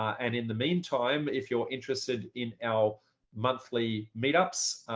and in the meantime, if you're interested in our monthly meetups,